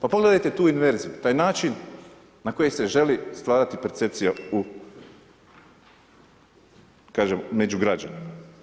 Pa pogledajte tu inverziju, taj način na koji se želi stvarati percepcija među građanima.